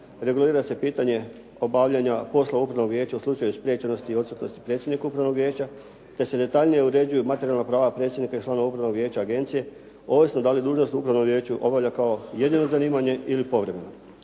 regulira se pitanje obavljanja posla upravnog vijeća u slučaju spriječenosti i odsutnosti predsjednika upravnog vijeća te se detaljnije uređuju materijalna prava predsjednika i članova upravnog vijeća agencije ovisno da li dužnost u upravnom vijeću obavlja kao jedino zanimanje ili povremeno.